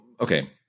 okay